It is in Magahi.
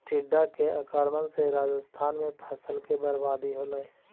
टिड्डा के आक्रमण से राजस्थान में फसल के बर्बादी होलइ